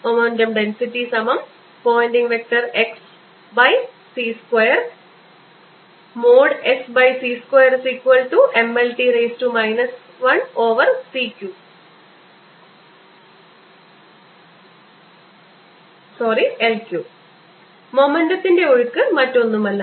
momentum density |S|c2MLT 1L3 മൊമെൻ്റത്തിൻറെ ഒഴുക്ക് മറ്റൊന്നുമല്ല